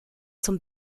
zum